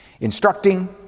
Instructing